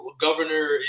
governor